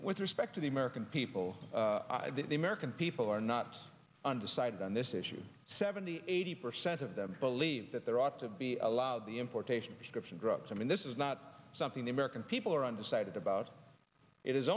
with respect to the american people the american people are not undecided on this issue seventy eighty percent of them believe that there ought to be allowed the importation prescription drugs i mean this is not something the american people are undecided about it is